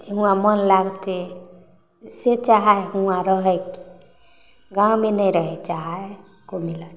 से हुवाॅं मन लागतै से चाहै हुवाॅं रहिके गाँवमे नहि रहय चाह हइ एको मिनट